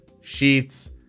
sheets